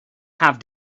have